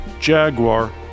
Jaguar